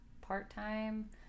part-time